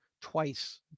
twice